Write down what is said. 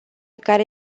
care